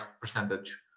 percentage